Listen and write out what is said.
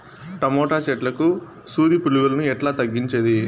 Tomato చెట్లకు సూది పులుగులను ఎట్లా తగ్గించేది?